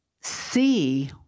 see